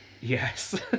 Yes